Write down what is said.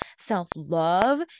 self-love